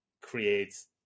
creates